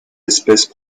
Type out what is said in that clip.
espèces